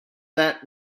that